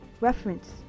Reference